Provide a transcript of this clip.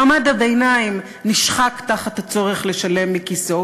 מעמד הביניים נשחק תחת הצורך לשלם מכיסו,